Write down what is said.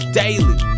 daily